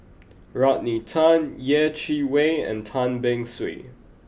Rodney Tan Yeh Chi Wei and Tan Beng Swee